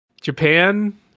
Japan